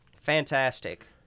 fantastic